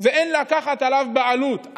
ואין לקחת עליו בעלות.